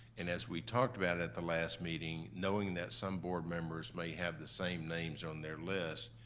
and as we talked about at the last meeting, knowing that some board members may have the same names on their list,